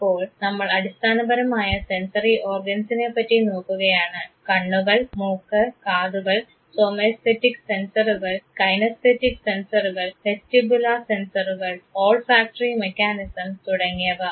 അപ്പോൾ നമ്മൾ അടിസ്ഥാനപരമായ സെൻസറി ഓർഗൻസ്സിനെപ്പറ്റി നോക്കുകയാണ് കണ്ണുകൾ മൂക്ക് കാതുകൾ സോമേസ്തെറ്റിക് സെൻസറുകൾ കൈനസ്തെറ്റിക് സെൻസറുകൾ വെസ്റ്റിബുലാർ സെൻസറുകൾ ഓൾഫാക്ടറി മെക്കാനിസം തുടങ്ങിയവ